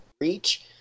Reach